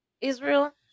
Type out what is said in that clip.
Israel